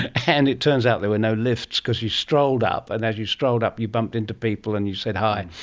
and it turns out there were no lifts because you strolled up, and as you strolled up you bumped into people and you said hi.